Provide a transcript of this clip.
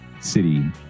city